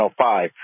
105